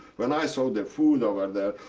when i saw the food over there,